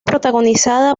protagonizada